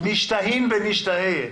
נישט אַהין נישט אַהער,